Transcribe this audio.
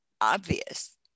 obvious